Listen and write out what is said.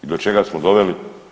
I do čega smo doveli?